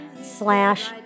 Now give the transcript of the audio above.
slash